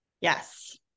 Yes